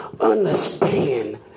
understand